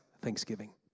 Thanksgiving